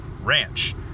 ranch